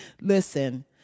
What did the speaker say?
Listen